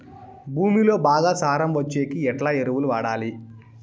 భూమిలో బాగా సారం వచ్చేకి ఎట్లా ఎరువులు వాడాలి?